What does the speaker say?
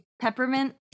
peppermint